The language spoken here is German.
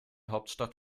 hauptstadt